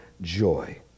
joy